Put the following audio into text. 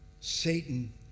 Satan